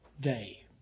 day